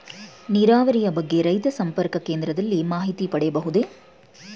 ನೀರಾವರಿಯ ಬಗ್ಗೆ ರೈತ ಸಂಪರ್ಕ ಕೇಂದ್ರದಲ್ಲಿ ಮಾಹಿತಿ ಪಡೆಯಬಹುದೇ?